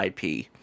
IP